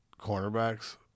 cornerbacks